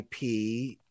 IP